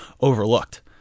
overlooked